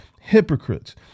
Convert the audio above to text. hypocrites